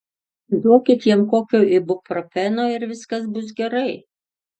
duokit jam kokio ibuprofeno ir viskas bus gerai